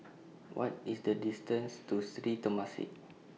What IS The distance to Sri Temasek